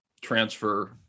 transfer